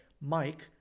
Mike